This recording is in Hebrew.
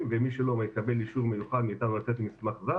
הגישו דיון נוסף.